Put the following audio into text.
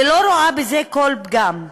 ולא רואה בזה כל פגם.